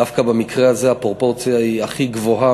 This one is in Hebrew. דווקא במקרה הזה הפרופורציה היא הכי גבוהה